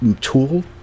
tool